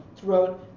throughout